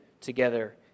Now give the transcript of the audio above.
together